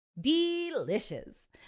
Delicious